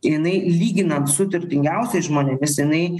jinai lyginant su turtingiausiais žmonėmis jinai